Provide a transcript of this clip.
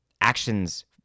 Actions